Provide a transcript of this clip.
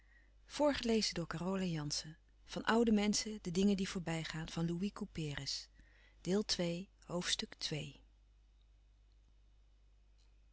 van oude menschen de dingen die voorbij gaan ste deel van